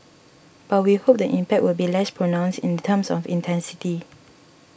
but we hope the impact will be less pronounced in terms of intensity